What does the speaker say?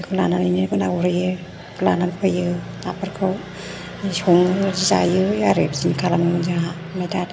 बेखौ लानानैनो ना गुरहैयो लानानै फैयो नाफोरखौ सङो जायोमोन आरो बिदिनो खालामोमोन जोंहा आमफ्राय दा